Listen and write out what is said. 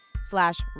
slash